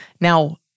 Now